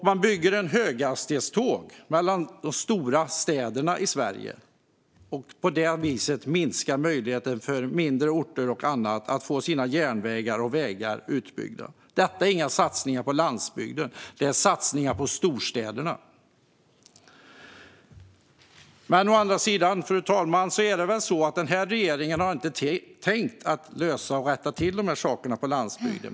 Dessutom ska höghastighetståg byggas mellan de stora städerna i Sverige, vilket minskar möjligheten för mindre orter att få sina järnvägar och vägar utbyggda. Det här är inga satsningar på landsbygden; det är satsningar på storstäderna. Fru talman! Regeringen har väl inte tänkt lösa problemen på landsbygden.